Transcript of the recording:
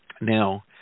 Now